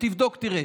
תבדוק, תראה.